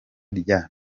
rya